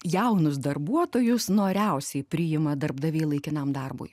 jaunus darbuotojus noriausiai priima darbdaviai laikinam darbui